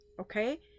Okay